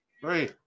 Three